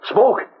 Smoke